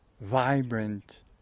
vibrant